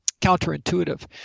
counterintuitive